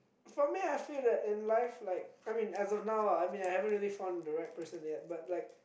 for me I feel that in life like I mean as of now ah I mean I haven't really found the right person yet but like